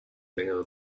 längerer